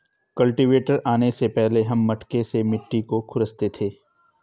cultivator आने से पहले हम मटके से मिट्टी को खुरंचते थे